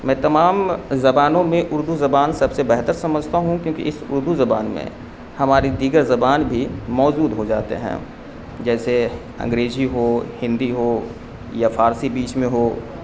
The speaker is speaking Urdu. میں تمام زبانوں میں اردو زبان سب سے بہتر سمجھتا ہوں کیونکہ اس اردو زبان میں ہماری دیگر زبان بھی موجود ہو جاتے ہیں جیسے انگریزی ہو ہندی ہو یا فارسی بیچ میں ہو